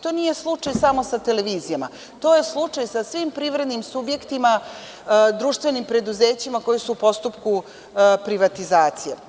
To nije slučaj samo sa televizijom, to je slučaj sa svim privrednim subjektima, društvenim preduzećima koja su u postupku privatizacije.